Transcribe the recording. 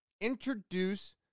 introduce